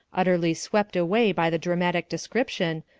utterly swept away by the dramatic description,